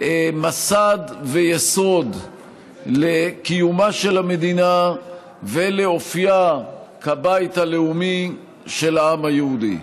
מסד ויסוד לקיומה של המדינה ולאופייה כבית הלאומי של העם היהודי.